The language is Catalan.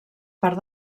part